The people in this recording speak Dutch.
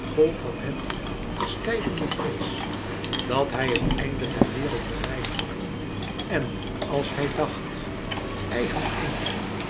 vol van hem verstijvende vrees dat hij het einde der wereld bereikt had en als hij dacht èigen einde